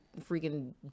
freaking